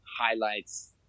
highlights